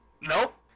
nope